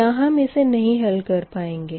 यहाँ हम इसे नही हल कर पाएँगे